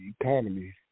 economy